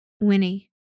Winnie